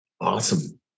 Awesome